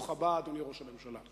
ברוך הבא, אדוני ראש הממשלה.